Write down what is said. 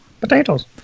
Potatoes